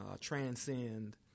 transcend